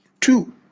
Two